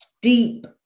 deep